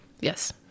yes